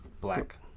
black